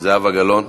זהבה גלאון,